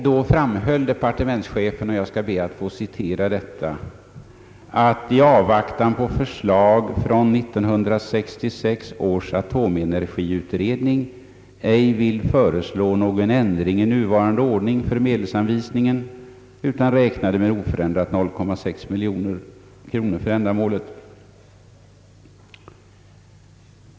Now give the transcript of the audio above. Departementschefen framhöll i propositionen att han i avvaktan på förslag från 1966 års atomenergiutredning ej ville föreslå någon ändring i nuvarande ordning för medelsanvisningen utan räknade med oförändrat 0,6 miljon kronor för ändamålet.